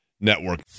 Network